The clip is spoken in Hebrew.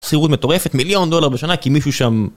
שכירות מטורפת מיליון דולר בשנה כי מישהו שם...